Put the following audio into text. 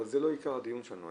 אבל זה לא היה עיקר הדיון שלנו.